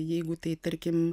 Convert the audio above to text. jeigu tai tarkim